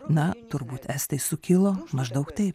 na turbūt estai sukilo maždaug taip